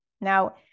Now